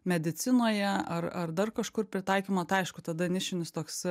medicinoje ar ar dar kažkur pritaikymo aišku tada nišinis toks